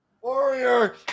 warrior